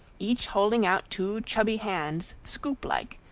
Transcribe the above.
each holding out two chubby hands scoop-like,